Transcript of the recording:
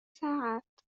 ساعات